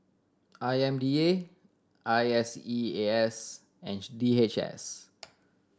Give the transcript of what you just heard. I M D A I S E A S and D H S